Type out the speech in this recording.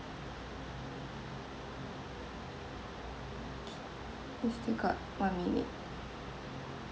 okay we still got one minute